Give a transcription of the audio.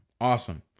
Awesome